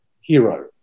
hero